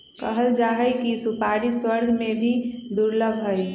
कहल जाहई कि सुपारी स्वर्ग में भी दुर्लभ हई